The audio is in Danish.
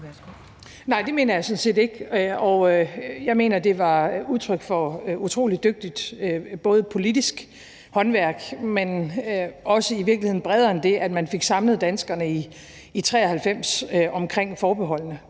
Nej, det mener jeg sådan set ikke. Jeg mener, at det var udtryk for både utrolig dygtigt politisk håndværk, men i virkeligheden også bredere end det, at man fik samlet danskerne i 1993 omkring forbeholdene.